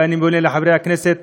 ואני פונה לחברי הכנסת